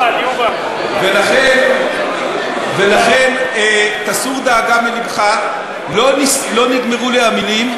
לכן תסור דאגה מלבך, לא נגמרו לי המילים,